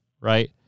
right